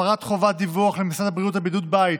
הפרת חובת דיווח למשרד הבריאות על בידוד בית,